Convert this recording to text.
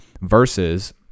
versus